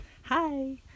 Hi